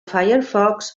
firefox